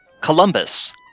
Columbus